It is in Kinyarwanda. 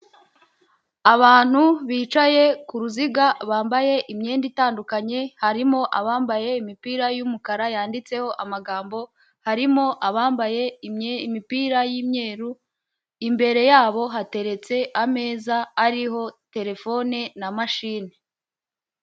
Abantu bicaye ku ruziga bambaye imyenda itandukanye, harimo abambaye imipira y'umukara yanditseho amagambo, harimo abambaye imipira y'imyeru. Imbere yabo hateretse ameza ariho telefone na mashine.